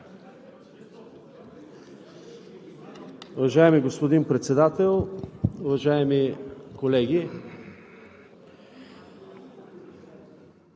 Уважаеми господин Председател, уважаеми колеги!